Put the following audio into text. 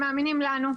הם מאמינים לנו,